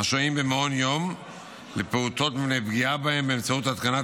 השוהים במעון יום לפעוטות מפני פגיעה בהם באמצעות התקנת